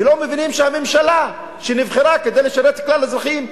ולא מבינים שהממשלה שנבחרה כדי לשרת את כלל האזרחים,